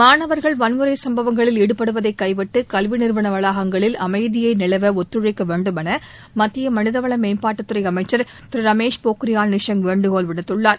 மாணவர்கள் வன்முறைச் சும்பவங்களில் ஈடுபடுவதைக் கைவிட்டு கல்வி நிறுவன வளாகங்களில் அமைதி நிலவ ஒத்துழைக்க வேண்டும் என மத்திய மனிதவள மேம்பாட்டுத்துறை அமைச்சர் திரு ரமேஷ் பொக்ரியால் வேண்டுகோள் விடுத்துள்ளார்